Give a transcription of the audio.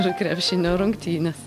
ir krepšinio rungtynes